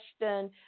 question